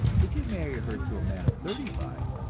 if you marry her to a man of thirty-five,